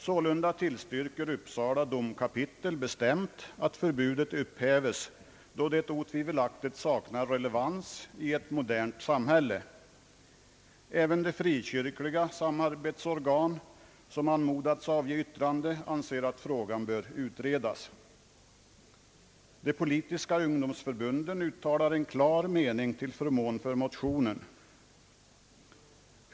Sålunda tillstyrker Uppsala domkapitel bestämt att förbudet upphäves, då det otvivelaktigt saknar relevans i ett modernt samhälle. Även de frikyrkliga samarbetsorgan som anmodats avge yttrande anser att frågan bör utredas. De politiska ungdomsförbunden uttalar en klar mening till förmån för motionen.